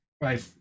Right